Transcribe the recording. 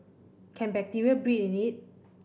can bacteria breed in it